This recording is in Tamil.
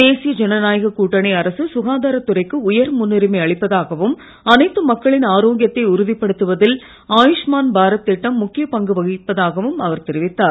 தேசிய ஜனநாயகக் கூட்டணி அரசு சுகாதாரத் துறைக்கு உயர் முன்னுரிமை அளிப்பதாகவும் அனைத்து மக்களின் ஆரோக்கியத்தை உறுதிப்படுத்துவதில் ஆயுஷ்மான் பாரத் திட்டம் முக்கியப் பங்கு வகிப்பதாகவும் அவர் தெரிவித்தார்